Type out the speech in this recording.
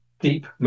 deep